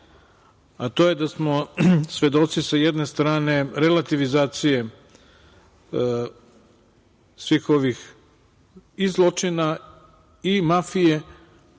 a to je da smo svedoci sa jedne strane relativizacije svih ovih i zločina i mafije,